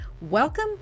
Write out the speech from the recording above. welcome